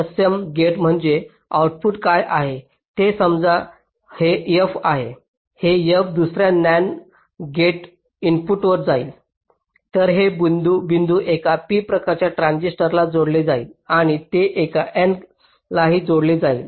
तत्सम गेट्स म्हणजे आऊटपुट काय आहे ते समजा हे फ आहे हे फ दुसर्या NAND गेटच्या इनपुटवर जाईल तर हे बिंदू एका p प्रकारच्या ट्रान्झिस्टरला जोडले जाईल आणि ते एका n लाही जोडले जाईल